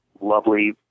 lovely